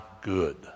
good